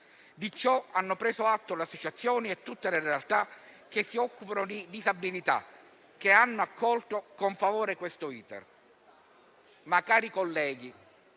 Di ciò hanno preso atto le associazioni e tutte le realtà che si occupano di disabilità, che hanno accolto con favore questo *iter*.